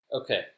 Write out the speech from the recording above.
Okay